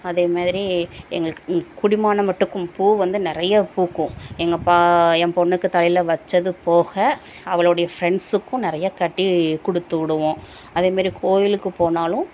அதே மாதிரி எங்களுக்கு கூடியமானமட்டுக்கும் பூ வந்து நிறைய பூக்கும் எங்க பா என் பொண்ணுக்கு தலையில் வச்சது போக அவளோடைய ஃப்ரண்ட்ஸுக்கும் நிறைய கட்டி கொடுத்து விடுவோம் அதே மாதிரி கோவிலுக்கு போனாலும்